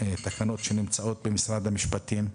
אלה תקנות שנמצאות במשרד המשפטים.